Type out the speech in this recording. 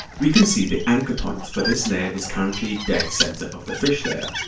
we can see the anchor point for this layer is currently dead center of the fish layer.